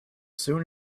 soon